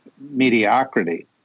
Mediocrity